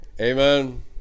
Amen